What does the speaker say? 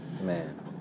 Man